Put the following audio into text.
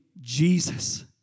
Jesus